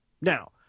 Now